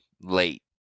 late